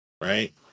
Right